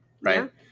right